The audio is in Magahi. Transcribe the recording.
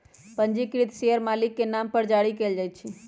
पंजीकृत शेयर मालिक के नाम पर जारी कयल जाइ छै